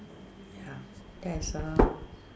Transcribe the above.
ya that's uh